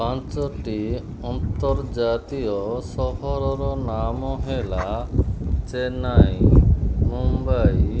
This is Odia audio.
ପାଞ୍ଚଟି ଆନ୍ତର୍ଜାତୀୟ ସହରର ନାମ ହେଲା ଚେନ୍ନାଇ ମୁମ୍ବାଇ